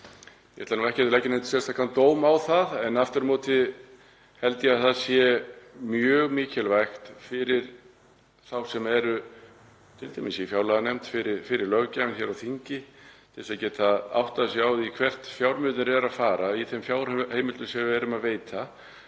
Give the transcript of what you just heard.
ég ætla ekki að leggja neinn sérstakan dóm á það, en aftur á móti held ég að það sé mjög mikilvægt fyrir þá sem eru t.d. í fjárlaganefnd og fyrir löggjafann hér á þingi að geta áttað sig á því hvert fjármunirnir eru að fara í þeim fjárheimildum sem við erum að veita.